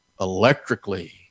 electrically